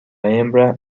hembra